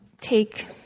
take